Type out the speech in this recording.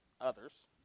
others